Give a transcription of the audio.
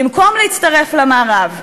במקום להצטרף למערב.